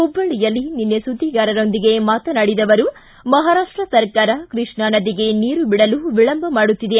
ಹುಬ್ಬಳ್ಳಿಯಲ್ಲಿ ನಿನ್ನೆ ಸುದ್ದಿಗಾರರೊಂದಿಗೆ ಮಾತನಾಡಿದ ಅವರು ಮಹಾರಾಷ್ಷ ಸರ್ಕಾರ ಕೃಷ್ಣಾ ನದಿಗೆ ನೀರು ಬಿಡಲು ವಿಳಂಬ ಮಾಡುತ್ತಿದೆ